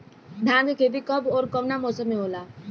धान क खेती कब ओर कवना मौसम में होला?